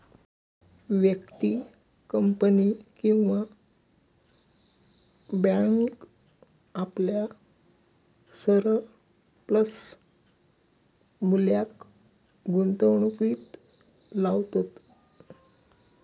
व्यक्ती, कंपनी किंवा बॅन्क आपल्या सरप्लस मुल्याक गुंतवणुकीत लावतत